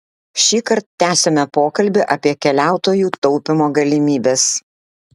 šįkart tęsiame pokalbį apie keliautojų taupymo galimybes